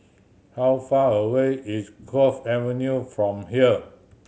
how far away is Cove Avenue from here